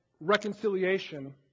reconciliation